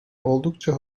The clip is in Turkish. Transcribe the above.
oldukça